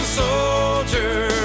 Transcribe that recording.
soldier